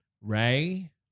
Ray